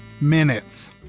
minutes